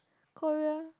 Korea